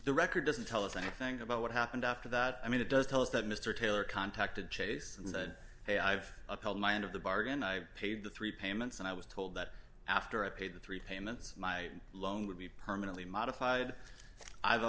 the record doesn't tell us anything about what happened after that i mean it does tell us that mr taylor contacted chase and said hey i've held my end of the bargain i paid the three payments and i was told that after i paid the three payments my loan would be permanently modified i've